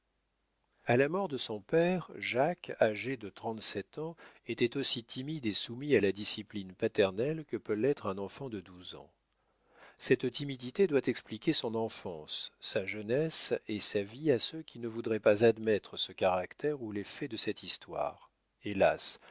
a la mort de son père jacques âgé de trente-sept ans était aussi timide et soumis à la discipline paternelle que peut l'être un enfant de douze ans cette timidité doit expliquer son enfance sa jeunesse et sa vie à ceux qui ne voudraient pas admettre ce caractère ou les faits de cette histoire hélas